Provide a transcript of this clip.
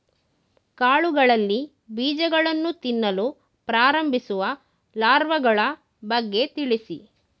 ಕಾಳುಗಳಲ್ಲಿ ಬೀಜಗಳನ್ನು ತಿನ್ನಲು ಪ್ರಾರಂಭಿಸುವ ಲಾರ್ವಗಳ ಬಗ್ಗೆ ತಿಳಿಸಿ?